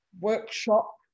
workshop